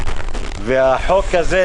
והחוק הזה,